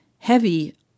heavy